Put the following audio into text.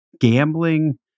gambling